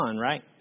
right